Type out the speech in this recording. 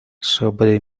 sobre